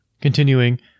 Continuing